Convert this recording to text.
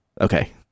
okay